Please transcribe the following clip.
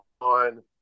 on